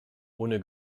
ohne